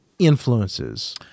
influences